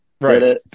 Right